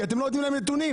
כי אתם לא נותנים להם נתונים,